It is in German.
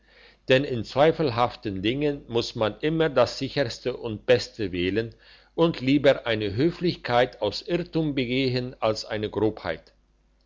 denn in zweifelhaften dingen muss man immer das sicherste und beste wählen und lieber eine höflichkeit aus irrtum begehen als eine